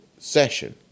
Session